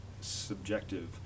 subjective